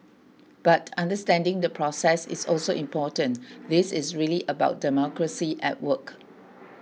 but understanding the process is also important this is really about democracy at work